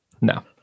No